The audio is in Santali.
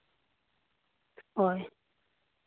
ᱦᱳᱭ